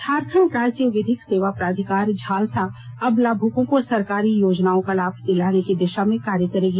झारखंड राज्य विधिक सेवा प्राधिकार झालसा अब लाभुकों को सरकारी योजनाओं का लाभ दिलाने की दिशा में कार्य करेगी